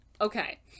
Okay